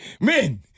men